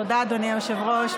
תודה, אדוני היושב-ראש.